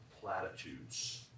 platitudes